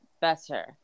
better